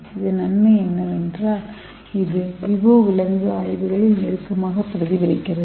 இதன் நன்மை என்னவென்றால் இது விவோ விலங்கு ஆய்வுகளில் நெருக்கமாகப் பிரதிபலிக்கிறது